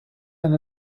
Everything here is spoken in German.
eine